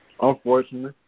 Unfortunately